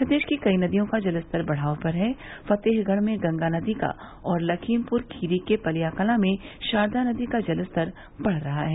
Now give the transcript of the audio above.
प्रदेश की कई नदियों का जलस्तर बढ़ाव पर है फतेहगढ में गंगा नदी का और लखीमपुर खीरी के पलियाकलां में शारदा नदी का जलस्तर बढ़ रहा है